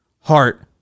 heart